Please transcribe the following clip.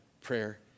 prayer